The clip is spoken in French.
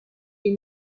est